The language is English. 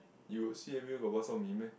you see everywhere got bak-chor-mee meh